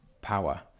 power